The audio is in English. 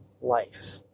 life